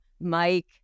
Mike